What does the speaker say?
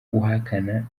uhakana